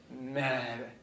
mad